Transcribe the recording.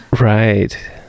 right